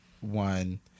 one